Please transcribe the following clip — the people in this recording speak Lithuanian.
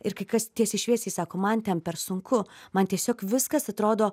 ir kai kas tiesiai šviesiai sako man ten per sunku man tiesiog viskas atrodo